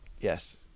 Yes